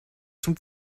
zum